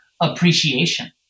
appreciation